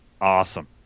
Awesome